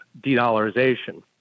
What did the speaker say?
de-dollarization